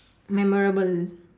memorable